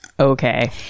Okay